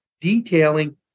detailing